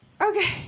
Okay